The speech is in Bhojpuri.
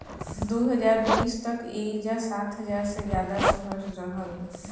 दू हज़ार बीस तक एइजा सात हज़ार से ज्यादा शहर रहल